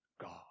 God